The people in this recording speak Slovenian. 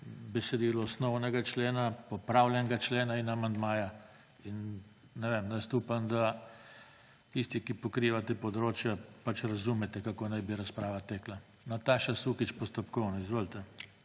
besedilo osnovnega člena, popravljenega člena in amandmaja in ne vem, upam, da tisti, ki pokrivate področje, pač razumete, kako naj bi razprava tekla. Nataša Sukič, postopkovno. Izvolite.